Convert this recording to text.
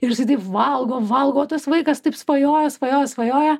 ir jisai taip valgo valgo o tas vaikas taip svajoja svajoja svajoja